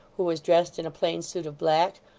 who was dressed in a plain suit of black,